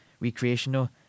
recreational